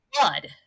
blood